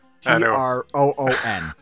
T-R-O-O-N